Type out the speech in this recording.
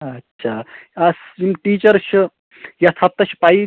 اچھا اَ یِم ٹیٖچٲرٕس چھِ یَتھ ہفتَس چھِ پیی